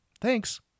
Thanks